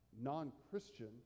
non-christian